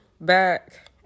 back